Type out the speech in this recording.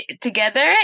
together